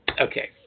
okay